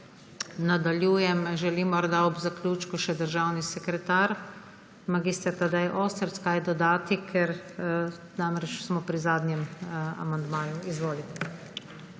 nadaljujem želi morda ob zaključku še državni sekretar mag. Tadej Ostrc kaj dodati, ker namreč smo pri zadnjem amandmaju. Izvolite.